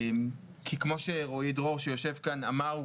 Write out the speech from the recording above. כי כמו שרועי דרור שיושב כאן אמר,